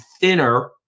thinner